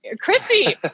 Chrissy